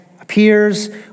appears